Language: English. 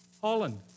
Holland